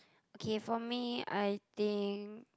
okay for me I think